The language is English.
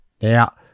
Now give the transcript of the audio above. Now